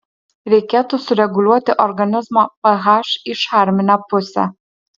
reikėtų sureguliuoti organizmo ph į šarminę pusę